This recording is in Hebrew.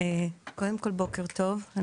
בוקר טוב,